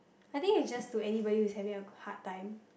I think is just to anybody who is having a hard time